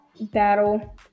battle